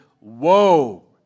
woe